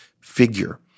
figure